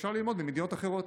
אפשר ללמוד ממדינות אחרות.